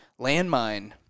Landmine